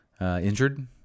injured